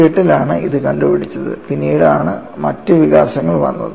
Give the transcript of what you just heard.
1898 ലാണ് ഇത് കണ്ടുപിടിച്ചത് പിന്നീട് ആണ് മറ്റ് വികാസങ്ങൾ വന്നത്